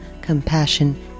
compassion